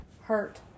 hurt